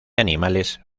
animales